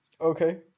Okay